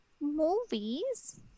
Movies